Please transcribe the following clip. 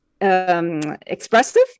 Expressive